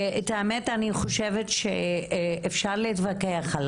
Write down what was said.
את האמת אני חושבת שאפשר להתווכח על